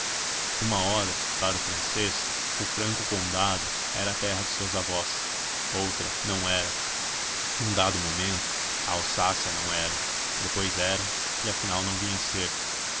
uma hora para o francês o franco condado era terra dos seus avós outra não era num dado momento a alsácia não era depois era e afinal não vinha a ser